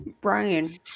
Brian